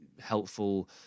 helpful